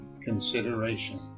consideration